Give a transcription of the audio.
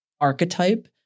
archetype